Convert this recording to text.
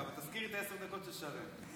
התפקיד עשר דקות של שרן.